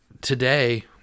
today